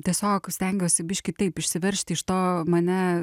tiesiog stengiuosi biškį taip išsiveržt iš to mane